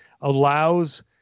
allows